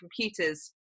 computers